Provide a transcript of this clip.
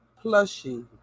plushy